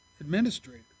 administrator